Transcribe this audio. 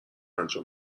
انجام